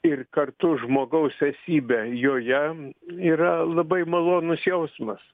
ir kartu žmogaus esybė joje yra labai malonus jausmas